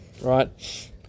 right